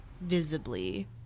visibly